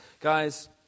Guys